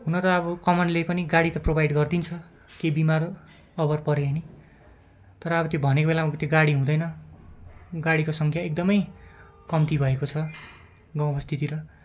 हुन त अब कमानले पनि गाडी त प्रोभाइड गरिदिन्छ केही बिमार अभर पऱ्यो भने तर अब त्यो भनेको बेलामा त्यो गाडी हुँदैन गाडीको सङ्ख्या एकदमै कम्ती भएको छ गाउँ बस्तीतिर